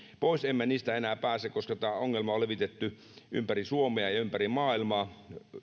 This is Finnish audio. pois emme niistä enää pääse koska tätä ongelmaa on levitetty ympäri suomea ja ympäri maailmaa